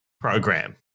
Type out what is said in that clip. program